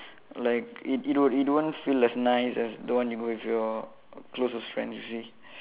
like it it won't it won't feel as nice as the one you go with your closest friends you see